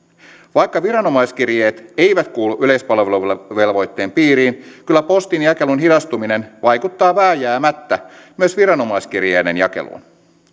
vaikka viranomaiskirjeet eivät kuulu yleispalveluvelvoitteen piiriin kyllä postinjakelun hidastuminen vaikuttaa vääjäämättä myös viranomaiskirjeiden jakeluun